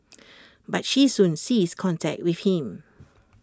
but she soon ceased contact with him